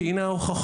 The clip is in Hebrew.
כי הנה ההוכחות,